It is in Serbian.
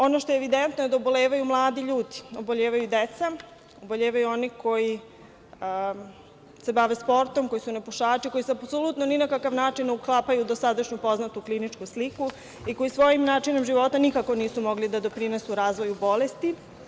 Ono što je evidentno je da obolevaju mladi ljudi, obolevaju deca, obolevaju oni koji se bave sportom, koji su nepušači, koji se apsolutno ni na kakav način ne uklapaju u dosadašnju poznatu kliničku sliku i koji svojim načinom života nikako nisu mogli da doprinesu razvoju bolesti.